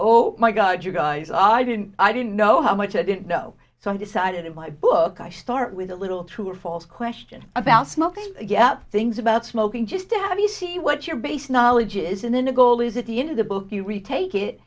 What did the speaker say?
or my god you guys i didn't i didn't know how much i didn't know so i decided in my book i start with a little true or false question about smoking again things about smoking just to have you see what your base knowledge is and then a goal is it the end of the book you retake it